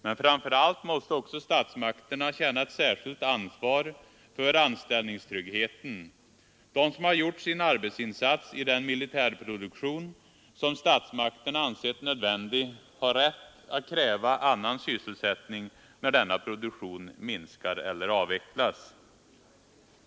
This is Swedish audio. Men framför allt måste också statsmakterna känna ett starkt ansvar för anställningstryggheten. De som har gjort sin arbetsinsats i den militärproduktion, som statsmakterna ansett nödvändig, har rätt att kräva annan sysselsättning när denna produktion minskar eller avvecklas.